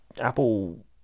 apple